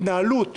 הקואליציה